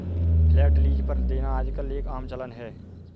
flat lease पर देना आजकल एक आम चलन है